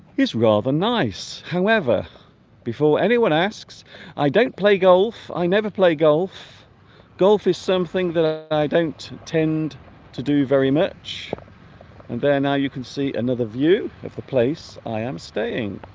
is rather nice however before anyone asks i don't play golf i never play golf golf is something that i i don't tend to do very much and there now you can see another view of the place i am staying